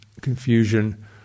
confusion